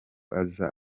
aza